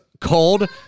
cold